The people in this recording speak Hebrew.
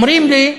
אומרים לי: